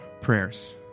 prayers